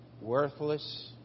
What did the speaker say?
worthless